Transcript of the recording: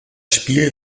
spiel